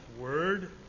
word